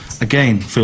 Again